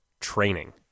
training